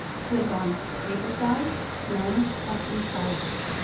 click on paper size, manage custom sizes.